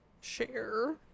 share